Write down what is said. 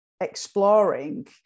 exploring